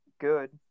good